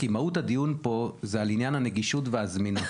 כי מהות הדיון פה היא על עניין הנגישות והזמינות,